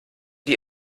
die